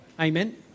Amen